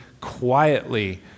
quietly